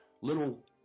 little